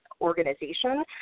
organization